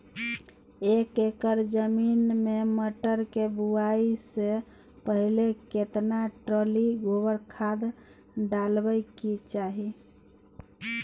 एक एकर जमीन में मटर के बुआई स पहिले केतना ट्रॉली गोबर खाद डालबै के चाही?